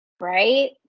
Right